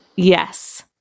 Yes